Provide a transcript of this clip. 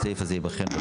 הסעיף הזה ייבחן.